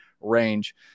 range